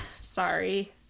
Sorry